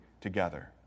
together